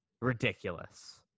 Ridiculous